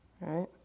right